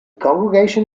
congregation